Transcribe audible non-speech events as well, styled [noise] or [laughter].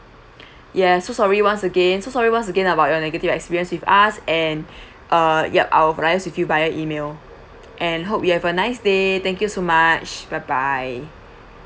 yes so sorry once again so sorry once again about your negative experience with us and [breath] err yup I will liaise with you via email and hope you have a nice day thank you so much bye bye